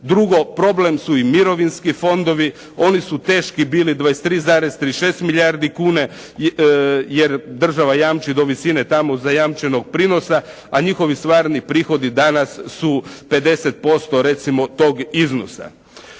Drugo, problem su i mirovinski fondovi. Oni su teški bili 23,36 milijardi kune jer država jamči do visine tamo zajamčenog prinosa a njihovi stvarni prihodi danas su 50% recimo tog iznosa.